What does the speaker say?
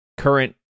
Current